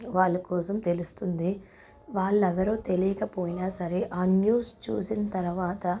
వాళ్ళ కోసం తెలుస్తుంది వాళ్ళెవరో తెలియకపోయినా సరే ఆ న్యూస్ చూసిన తర్వాత